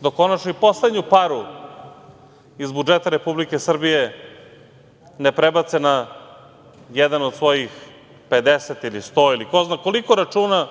dok konačno i poslednju paru iz budžeta Republike Srbije ne prebace na jedan od svojih 50, 100 ili ko zna koliko računa